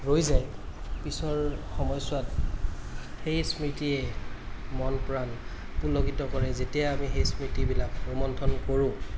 ৰৈ যায় পিছৰ সময়ছোৱাত সেই স্মৃতিয়ে মন প্ৰাণ পুলকিত কৰে যেতিয়া আমি সেই স্মৃতিবিলাক ৰোমন্থন কৰোঁ